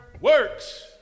works